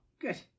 good